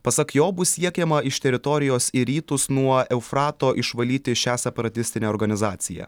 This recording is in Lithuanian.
pasak jo bus siekiama iš teritorijos į rytus nuo eufrato išvalyti šią separatistinę organizaciją